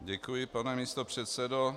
Děkuji, pane místopředsedo.